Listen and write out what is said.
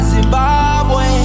Zimbabwe